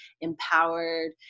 empowered